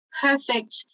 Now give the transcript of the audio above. perfect